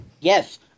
Yes